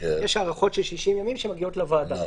יש הארכות של 60 ימים שמגיעות לוועדה.